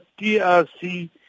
TRC